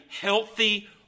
healthy